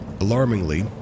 Alarmingly